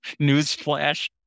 Newsflash